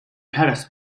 palace